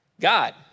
God